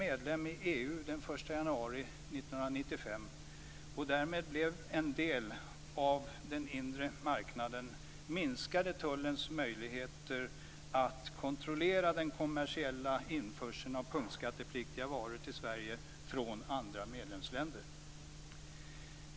1995, och därmed blev en del av den inre marknaden, minskade tullens möjligheter att kontrollera den kommersiella införseln av punktskattepliktiga varor till Sverige från andra medlemsländer.